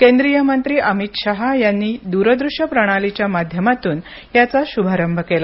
केंद्रीय मंत्री अमित शहा यांनी दबरदृश्य प्रणालीच्या माध्यमातून याचा शुभारंभ केला